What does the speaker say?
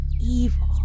evil